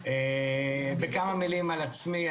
בכמה מילים על עצמי,